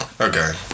Okay